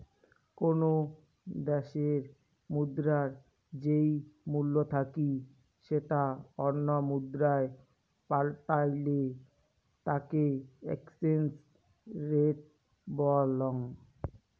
কোনো দ্যাশের মুদ্রার যেই মূল্য থাকি সেটা অন্য মুদ্রায় পাল্টালে তাকে এক্সচেঞ্জ রেট বলং